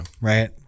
Right